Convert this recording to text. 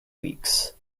weeks